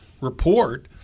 report